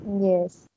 Yes